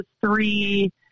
three